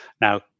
Now